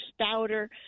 stouter